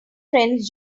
friends